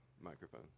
microphone